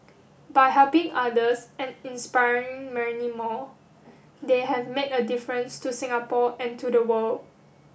by helping others and inspiring many more they have made a difference to Singapore and to the world